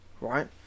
right